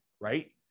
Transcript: right